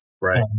right